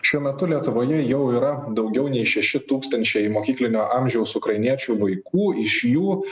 šiuo metu lietuvoje jau yra daugiau nei šeši tūkstančiai mokyklinio amžiaus ukrainiečių vaikų iš jų